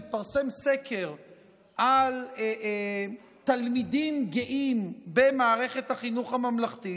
על תלמידים גאים במערכת החינוך הממלכתית,